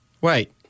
Wait